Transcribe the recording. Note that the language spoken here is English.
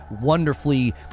wonderfully